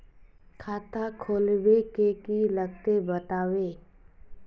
खाता खोलवे के की की लगते बतावे?